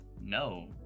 no